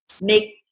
make